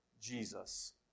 Jesus